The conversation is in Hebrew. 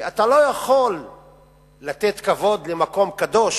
כי אתה לא יכול לתת כבוד למקום קדוש